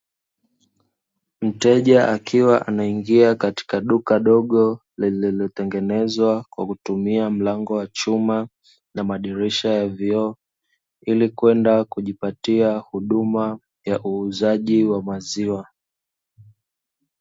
Mteja akiwa anaingia katika duka dogo, lililotengenezwa kwa kutumia mlango wa chuma na madirisha ya vioo ili kwenda kujipatia huduma ya uuzaji wa maziwa.